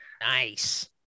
Nice